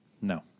No